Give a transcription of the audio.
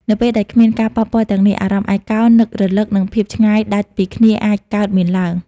នៅពេលដែលគ្មានការប៉ះពាល់ទាំងនេះ អារម្មណ៍ឯកោ នឹករលឹក និងភាពឆ្ងាយដាច់ពីគ្នាអាចកើតមានឡើង។